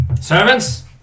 Servants